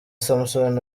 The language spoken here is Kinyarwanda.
samson